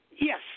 Yes